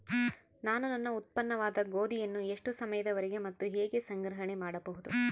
ನಾನು ನನ್ನ ಉತ್ಪನ್ನವಾದ ಗೋಧಿಯನ್ನು ಎಷ್ಟು ಸಮಯದವರೆಗೆ ಮತ್ತು ಹೇಗೆ ಸಂಗ್ರಹಣೆ ಮಾಡಬಹುದು?